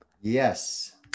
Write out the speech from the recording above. Yes